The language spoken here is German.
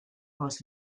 aus